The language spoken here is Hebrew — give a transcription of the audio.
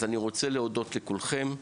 אז אני רוצה להודות לכולכם,